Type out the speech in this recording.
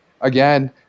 Again